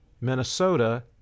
Minnesota